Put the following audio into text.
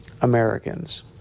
Americans